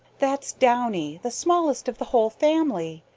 that's downy, the smallest of the whole family.